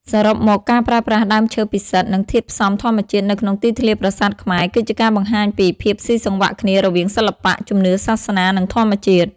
សរុបមក ការប្រើប្រាស់ដើមឈើពិសិដ្ឋ និងធាតុផ្សំធម្មជាតិនៅក្នុងទីធ្លាប្រាសាទខ្មែរ គឺជាការបង្ហាញពី ភាពស៊ីសង្វាក់គ្នារវាងសិល្បៈ ជំនឿសាសនា និងធម្មជាតិ។